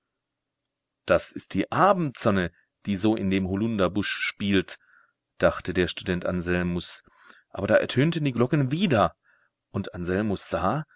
das ist die abendsonne die so in dem holunderbusch spielt dachte der student anselmus aber da ertönten die glocken wieder und anselmus sah